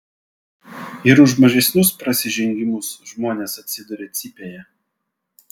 ir už mažesnius prasižengimus žmonės atsiduria cypėje